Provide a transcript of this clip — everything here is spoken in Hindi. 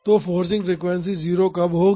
तो फोर्सिंग फ्रीक्वेंसी 0 कब होगी